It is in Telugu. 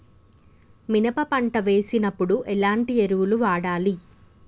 మినప పంట వేసినప్పుడు ఎలాంటి ఎరువులు వాడాలి?